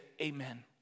amen